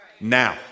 Now